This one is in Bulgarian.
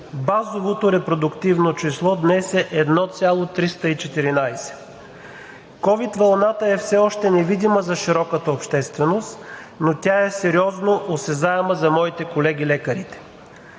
Базовото репродуктивно число днес е 1,314. COVID вълната е все още невидима за широката общественост, но тя е сериозно осезаема за моите колеги – лекарите.